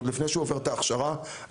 עוד לפני שהוא עובר את ההכשרה הראשונית,